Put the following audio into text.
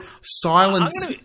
silence